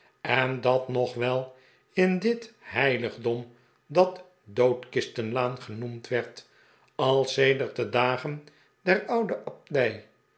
en dat nog wel in dit heiligdom dat doodkistenlaan genoemd werd al sedert de dagen der oude abdij